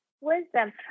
wisdom